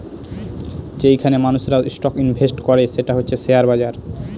যেইখানে মানুষেরা stock invest করে সেটা হচ্ছে শেয়ার বাজার